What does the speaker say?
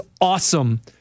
awesome